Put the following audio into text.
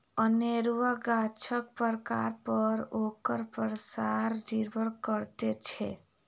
अनेरूआ गाछक प्रकार पर ओकर पसार निर्भर करैत छै